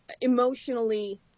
emotionally